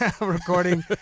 recording